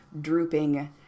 drooping